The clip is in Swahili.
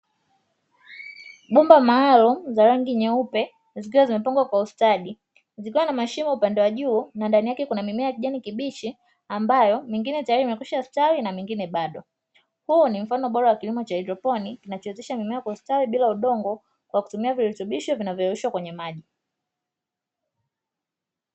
Bomba maalumu za rangi nyeupe zikiwa zimepangwa kwa ustadi zikiwa na mashimo upande wa juu na ndani yake kuna mimea ya kijani kibichi ambayo mingine tayari imekwishastawi na mingine bado. Huu ni mfano bora wa kilimo cha haidroponi kinachowezesha mimea kustawi bile udongo kwa kutumia virutubisho vinavyoyeyushwa kwenye maji.